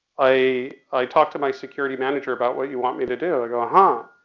i, i talked to my security manager about what you want me to do. i go, ah huh.